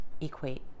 equate